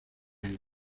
times